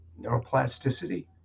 Neuroplasticity